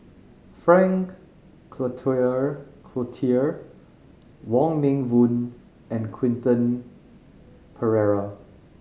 Frank Cloutier Wong Meng Voon and Quentin Pereira